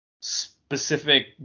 specific